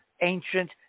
ancient